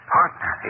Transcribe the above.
Partner